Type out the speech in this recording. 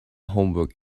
homework